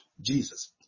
Jesus